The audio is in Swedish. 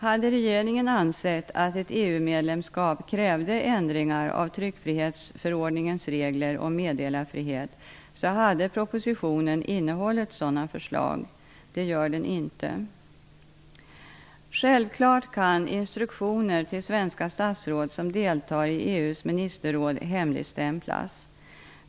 Hade regeringen ansett att ett EU medlemskap krävde ändringar av tryckfrihetsförordningens regler om meddelarfrihet hade propositionen innehållit sådana förslag. Det gör den inte. Självklart kan instruktioner till svenska statsråd som deltar i EU:s ministerråd hemligstämplas.